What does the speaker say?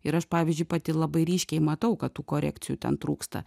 ir aš pavyzdžiui pati labai ryškiai matau kad tų korekcijų ten trūksta